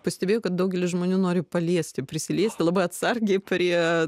pastebėjau kad daugelis žmonių nori paliesti prisiliesti labai atsargiai prie